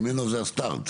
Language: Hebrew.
ממנו זה ה-start.